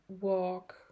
walk